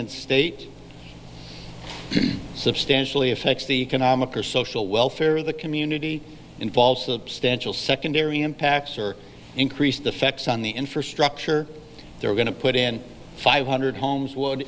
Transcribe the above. and state substantially affects the canonic or social welfare of the community involved substantial secondary impacts or increased affects on the infrastructure they're going to put in five hundred homes would